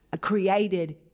created